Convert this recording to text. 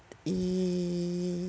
eh